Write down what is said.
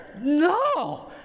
no